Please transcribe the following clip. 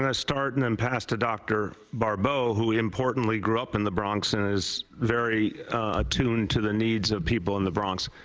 and start and then and pass to dr. barbeau who importantly grew up in the bronx and is very attuned to the needs of people in the bronx.